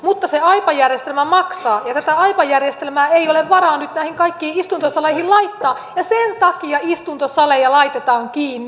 mutta se aipa järjestelmä maksaa ja tätä aipa järjestelmää ei ole varaa nyt näihin kaikkiin istuntosaleihin laittaa ja sen takia istuntosaleja ja istuntopaikkoja laitetaan kiinni